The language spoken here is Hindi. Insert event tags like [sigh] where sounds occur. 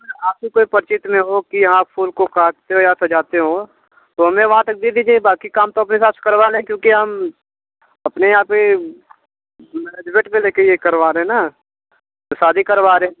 आपके कोई परिचित में हो कि यहाँ फूल को काटते हो या सजाते हो तो हमें वहाँ तक दे दीजिए बाक़ी काम तो अपने हिसाब से करवाना है क्योंकि हम अपने यहाँ से [unintelligible] ले कर ये करवा रहे हैं ना शादी करवा रहे हैं